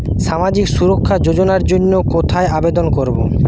সামাজিক সুরক্ষা যোজনার জন্য কোথায় আবেদন করব?